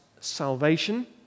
salvation